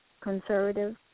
conservative